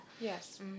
Yes